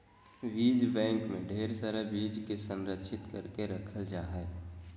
बीज बैंक मे ढेर सारा बीज के संरक्षित करके रखल जा हय